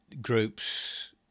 groups